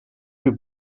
più